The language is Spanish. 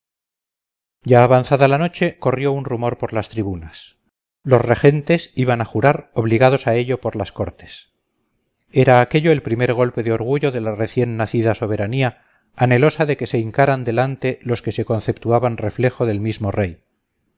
ya avanzada la noche corrió un rumor por las tribunas los regentes iban a jurar obligados a ello por las cortes era aquello el primer golpe de orgullo de la recién nacida soberanía anhelosa de que se le hincaran delante los que se conceptuaban reflejo del mismo rey